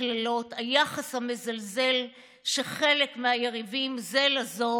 הקללות, היחס המזלזל של חלק מהיריבים זה לזו